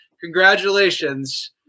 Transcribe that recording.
Congratulations